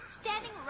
standing